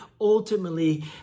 ultimately